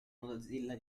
mozilla